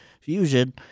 Fusion